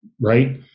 right